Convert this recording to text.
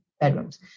bedrooms